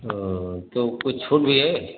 तो तो कुछ छूट भी है